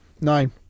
Nine